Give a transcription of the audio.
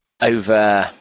Over